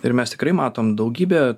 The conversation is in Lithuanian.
ir mes tikrai matom daugybę